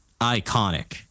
iconic